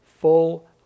full